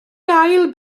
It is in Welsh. gael